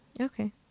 Okay